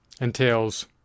entails